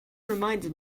reminded